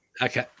okay